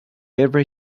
every